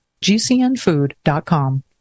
GCNfood.com